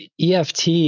EFT